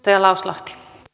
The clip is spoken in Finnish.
arvoisa puhemies